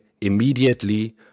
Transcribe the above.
immediately